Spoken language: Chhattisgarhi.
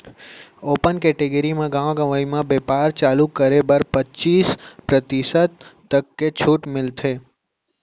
ओपन केटेगरी म गाँव गंवई म बेपार चालू करे बर पचीस परतिसत तक के छूट मिलथे